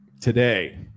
Today